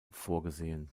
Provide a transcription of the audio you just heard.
vorgesehen